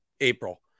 April